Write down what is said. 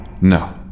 No